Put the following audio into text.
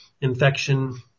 infection